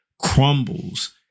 crumbles